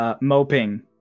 Moping